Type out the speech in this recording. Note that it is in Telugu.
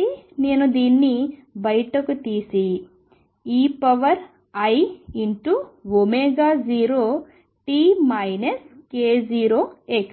కాబట్టి నేను దీన్ని బయటికి తీసి ei0t k0x